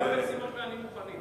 חבר הכנסת בן-סימון ואני מוכנים.